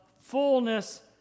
fullness